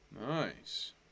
Nice